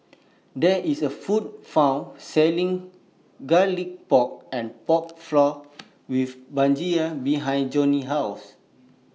There IS A Food Court Selling Garlic Pork and Pork Floss with Brinjal behind Johny's House